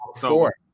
Four